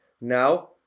now